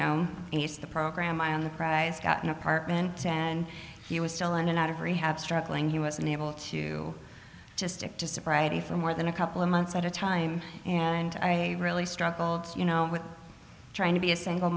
know he's the program i on the price got an apartment and he was still in and out of rehab struggling he was unable to just stick to sobriety for more than a couple of months at a time and i really struggled with trying to be a single